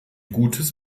gutes